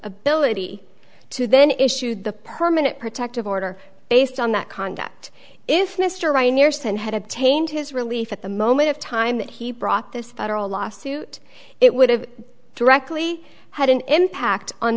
ability to then issued the permanent protective order based on that conduct if mr right near san had obtained his relief at the moment of time that he brought this federal lawsuit it would have directly had an impact on